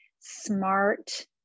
smart